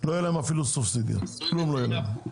לא תהיה להם אפילו סובסידיה, כלום לא יהיה להם.